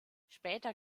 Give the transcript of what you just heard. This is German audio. später